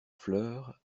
fleur